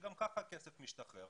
שגם כך הכסף שלהם משתחרר.